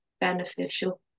beneficial